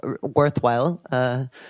worthwhile